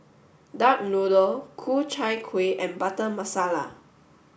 duck noodle Ku Chai Kueh and Butter Masala